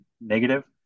negative